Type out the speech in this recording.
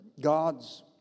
God's